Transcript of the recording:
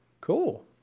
cool